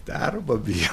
darbo bijo